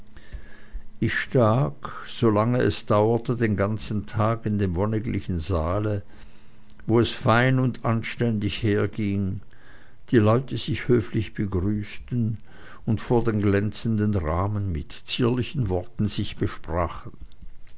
ich stak solange es dauerte den ganzen tag in dem wonniglichen saale wo es fein und anständig herging die leute sich höflich begrüßten und vor den glänzenden rahmen mit zierlichen worten sich besprachen